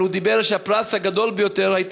אבל הוא אמר שהפרס הגדול ביותר היה